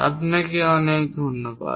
আপনাকে অনেক ধন্যবাদ